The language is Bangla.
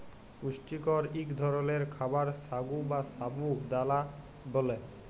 পুষ্টিকর ইক ধরলের খাবার সাগু বা সাবু দালা ব্যালে